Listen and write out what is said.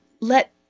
let